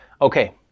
Okay